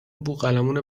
بوقلمون